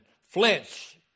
flinch